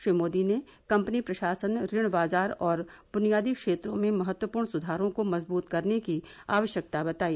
श्री मोदी ने कम्पनी प्रशासन ऋण बाजार और बुनियादी क्षेत्रों में महत्वपूर्ण सुधारों को मजबूत करने की आवश्यकता बताई